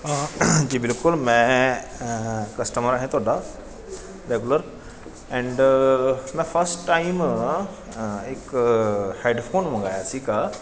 ਹਾਂ ਜੀ ਬਿਲਕੁਲ ਮੈਂ ਕਸਟਮਰ ਹੈ ਤੁਹਾਡਾ ਰੈਗੂਲਰ ਐਂਡ ਮੈਂ ਫਸਟ ਟਾਈਮ ਇੱਕ ਹੈਡਫੋਨ ਮੰਗਵਾਇਆ ਸੀਗਾ